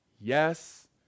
Yes